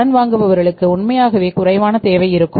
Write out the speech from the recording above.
கடன் வாங்குபவர்களுக்கு உண்மையாகவே குறைவான தேவை இருக்கும்